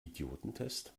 idiotentest